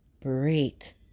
break